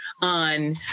on